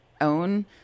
own